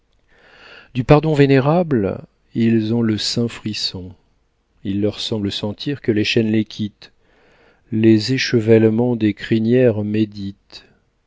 du pardon vénérable ils ont le saint frisson il leur semble sentir que les chaînes les quittent les échevèlements des crinières méditent